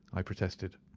i protested.